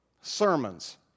sermons